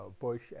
bush